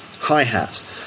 Hi-hat